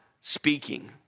speaking